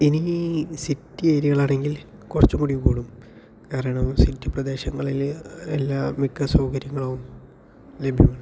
ഇനി സിറ്റി ഏരിയകളാണെങ്കിൽ കൊറച്ചും കൂടിയും കൂടും കാരണം സിറ്റി പ്രദേശങ്ങളിള് എല്ലാ മിക്ക സൗകര്യങ്ങളും ലഭ്യമാണ്